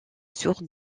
source